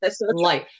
life